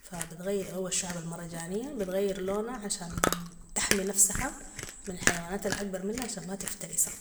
فبتغ- اوالشعب المرجاني بتغير لونها عشان تحمي نفسها من الحيوانات الأكبر منها عشان ما تفترسها